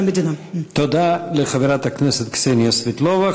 תודה לחברת הכנסת קסניה סבטלובה.